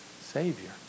Savior